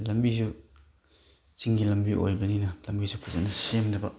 ꯂꯝꯕꯤꯁꯨ ꯆꯤꯡꯒꯤ ꯂꯝꯕꯤ ꯑꯣꯏꯕꯅꯤꯅ ꯂꯝꯕꯤꯁꯨ ꯐꯖꯅ ꯁꯦꯝꯗꯕ